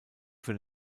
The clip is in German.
für